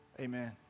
Amen